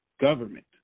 government